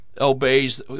obeys